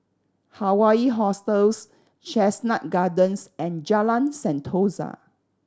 Hawaii Hostels Chestnut Gardens and Jalan Sentosa